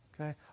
Okay